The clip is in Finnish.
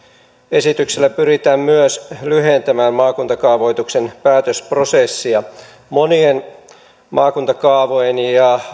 esityksellä pyritään myös lyhentämään maakuntakaavoituksen päätösprosessia monien maakuntakaavojen ja